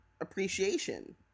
appreciation